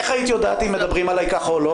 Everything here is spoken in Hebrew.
איך היית יודעת אם מדברים עלי או לא?